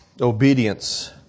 Obedience